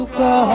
go